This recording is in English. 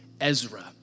Ezra